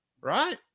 right